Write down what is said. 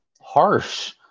Harsh